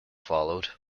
followed